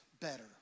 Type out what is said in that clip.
better